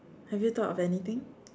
have you thought of anything